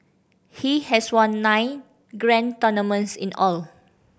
he has won nine grand tournaments in all